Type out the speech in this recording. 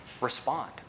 respond